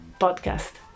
podcast